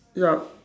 yup